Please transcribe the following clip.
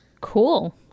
Cool